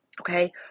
Okay